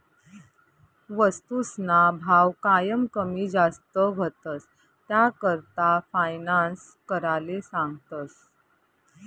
वस्तूसना भाव कायम कमी जास्त व्हतंस, त्याकरता फायनान्स कराले सांगतस